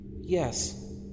Yes